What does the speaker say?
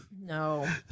No